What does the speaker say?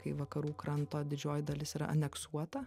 kai vakarų kranto didžioji dalis yra aneksuota